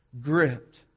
gripped